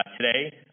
Today